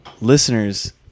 listeners